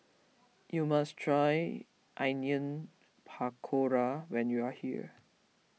you must try Onion Pakora when you are here